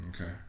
Okay